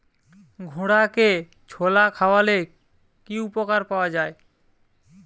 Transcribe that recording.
ঘোড়াকে ছোলা খাওয়ালে কি উপকার পাওয়া যায়?